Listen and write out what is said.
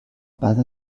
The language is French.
pas